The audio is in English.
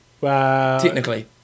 Technically